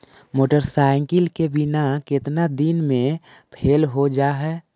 Motorcycle के बिमा केतना दिन मे फेल हो जा है?